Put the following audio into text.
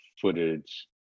footage